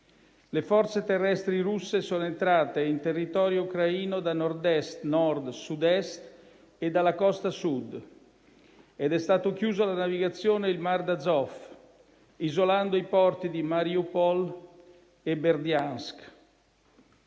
Le forze terrestri russe sono entrate in territorio ucraino da Nord-Est, Nord, Sud-Est e dalla costa sud, ed è stato chiuso alla navigazione il Mar d'Azov, isolando i porti di Mariupol e Berdyansk.